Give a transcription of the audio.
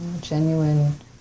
genuine